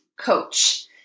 coach